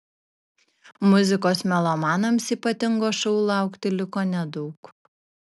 muzikos melomanams ypatingo šou laukti liko nedaug